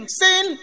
sin